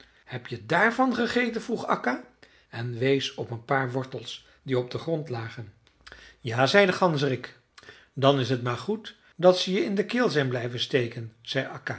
heb je daarvan gegeten vroeg akka en wees op een paar wortels die op den grond lagen ja zei de ganzerik dan is t maar goed dat ze je in de keel zijn blijven steken